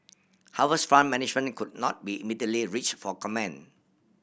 Harvest Fund Management could not be immediately reached for comment